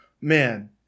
Man